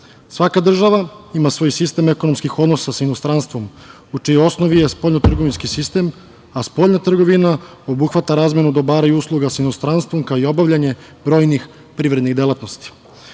država ima svoj sistem ekonomskih odnosa sa inostranstvom u čijoj osnovi je spoljno trgovinski sistem, a spoljna trgovina obuhvata razmenu i dobara usluga sa inostranstvom, kao i obavljanje brojnih privrednih delatnosti. Moramo